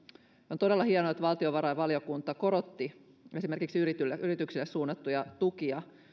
on todella hienoa että valtiovarainvaliokunta korotti esimerkiksi yrityksille suunnattuja tukia